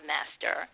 Master